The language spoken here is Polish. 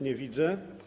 Nie widzę.